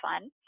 fun